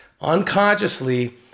unconsciously